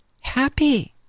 happy